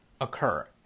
Occur